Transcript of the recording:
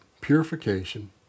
purification